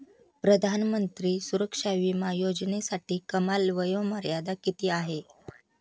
प्रधानमंत्री सुरक्षा विमा योजनेसाठी कमाल वयोमर्यादा किती आहे?